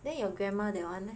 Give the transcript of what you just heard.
then your grandma that one leh